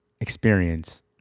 experience